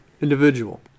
individual